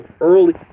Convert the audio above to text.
early